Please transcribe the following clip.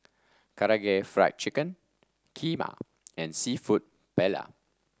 Karaage Fried Chicken Kheema and seafood Paella